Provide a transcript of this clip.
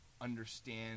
understand